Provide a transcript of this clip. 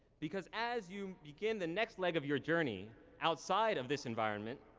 because as you begin the next leg of your journey, outside of this environment,